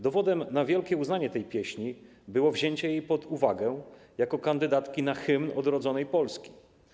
Dowodem na wielkie uznanie tej pieśni było wzięcie jej pod uwagę jako kandydatki na hymn odrodzonej Polski.